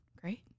great